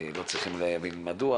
לא צריכים להבין מדוע,